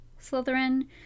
slytherin